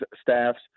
staffs